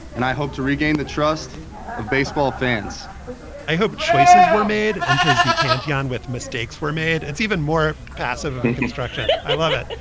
and i hope to regain the trust of baseball fans i hope choices were made enters the pantheon with mistakes were made. it's even more passive and construction. i love it.